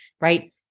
right